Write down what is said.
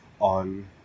on